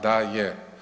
Da je.